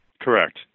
Correct